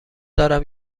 دارم